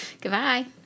Goodbye